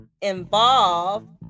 involve